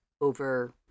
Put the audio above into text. over